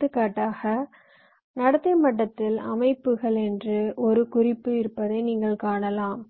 எடுத்துக்காட்டாக நடத்தை மட்டத்தில் அமைப்புகள் என்று ஒரு குறிப்பு இருப்பதை நீங்கள் காணலாம்